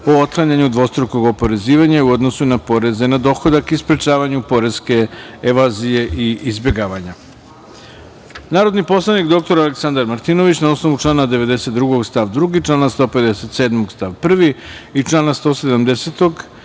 o otklanjanju dvostrukog oporezivanja u odnosu na poreze na dohodak i sprečavanju poreske evazije i izbegavanja, koji je podnela Vlada. Narodni poslanik dr Aleksandar Martinović, na osnovu člana 92. stav 2, člana 157. stav 1. i člana 170,